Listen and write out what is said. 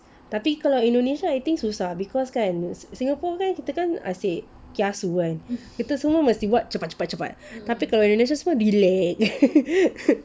tapi kalau indonesia I think susah because kan singapore kan kita kan asyik kiasu kan kita semua mesti buat cepat cepat cepat tapi kalau indonesia semua relax